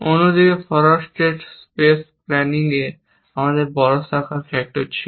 অন্যদিকে forward state space প্ল্যানিংয়ে আমাদের বড় শাখার ফ্যাক্টর ছিল